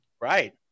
right